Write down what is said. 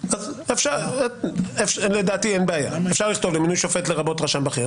אי אפשר לבטל חוקי יסוד.